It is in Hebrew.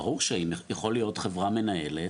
ברור שיכולה להיות חברה מנהלת,